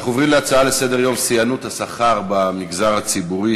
נעבור להצעות לסדר-היום בנושא: שיאנות השכר במגזר הציבורי,